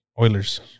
Oilers